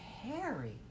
Harry